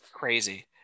Crazy